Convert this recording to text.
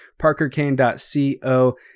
parkerkane.co